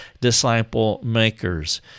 disciple-makers